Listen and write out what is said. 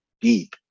deep